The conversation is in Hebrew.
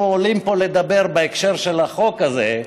עולים פה לדבר בהקשר של החוק הזה,